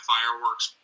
Fireworks